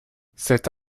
cette